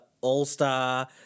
all-star